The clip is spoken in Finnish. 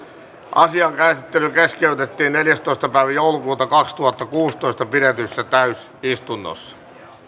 asian käsittely keskeytettiin neljästoista kahdettatoista kaksituhattakuusitoista pidetyssä täysistunnossa